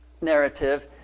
narrative